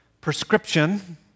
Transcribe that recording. prescription